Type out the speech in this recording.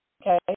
Okay